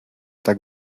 tak